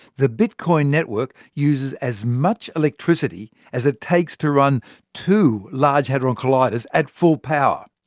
the bitcoin network uses as much electricity as it takes to run two large hadron colliders at full power.